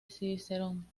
cicerón